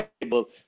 table